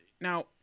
now